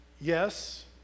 yes